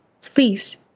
please